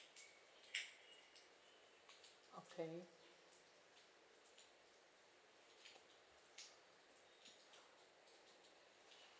okay